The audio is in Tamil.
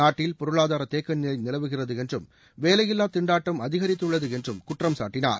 நாட்டில் பொருளாதார தேக்கநிலை நிலவுகிறது என்றும் வேலையில்லாத் திண்டாட்டம் அதிகரித்துள்ளது என்றும் குற்றம் சாட்டினார்